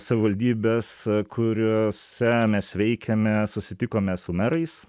savivaldybes kuriose mes veikiame susitikome su merais